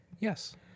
Yes